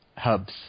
hubs